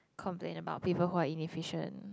complain about people who are inefficient